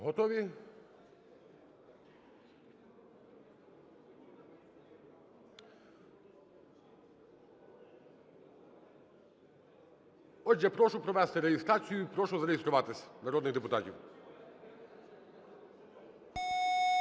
Готові? Отже, я прошу провести реєстрацію і прошу зареєструватись народних депутатів.